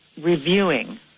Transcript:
reviewing